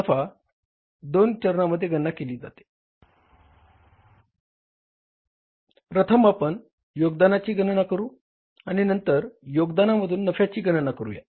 नफाची गणना दोन चरणांमध्ये केली जाते प्रथम आपण योगदानाची गणना करू आणि नंतर योगदानामधून नफ्याची गणना करूया